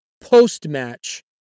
post-match